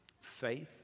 Faith